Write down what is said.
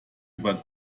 über